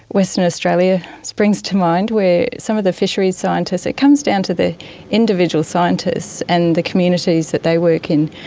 western australia springs to mind where some of the fisheries scientists, it comes down to the individual scientists and the communities that they work in,